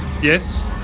Yes